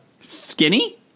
skinny